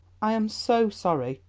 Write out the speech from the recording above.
i am so sorry,